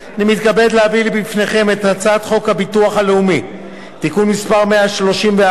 אני מתכבד להביא בפניכם את הצעת חוק הביטוח הלאומי (תיקון מס' 131,